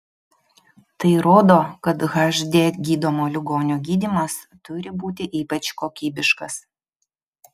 tai rodo kad hd gydomo ligonio gydymas turi būti ypač kokybiškas